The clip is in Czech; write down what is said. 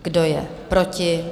Kdo je proti?